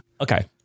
okay